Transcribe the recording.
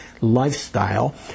lifestyle